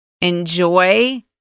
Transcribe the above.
Enjoy